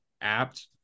apt